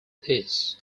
this